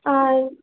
আর